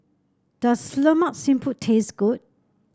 does Lemak Siput taste good